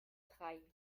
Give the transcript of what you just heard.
drei